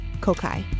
Kokai